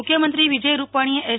મુખ્યમંત્રી વિજય રૂપાણીએ એસ